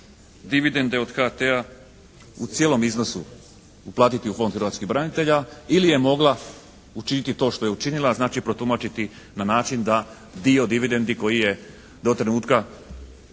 dividende od HT-a u cijelom iznosu uplatiti u Fond hrvatskih branitelja ili je mogla učiniti to što je učinili, znači protumačiti na način da dio dividendi koji je do trenutka